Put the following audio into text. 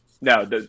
no